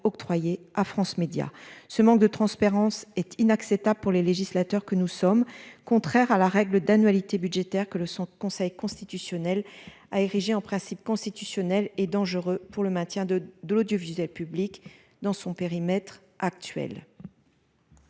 globale. À France Médias. Ce manque de transparence est inacceptable pour les législateurs que nous sommes contraire à la règle d'annualité budgétaire que le son conseil constitutionnel a érigé en principe constitutionnel et dangereux pour le maintien de de l'audiovisuel public dans son périmètre actuel.